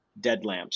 deadlamps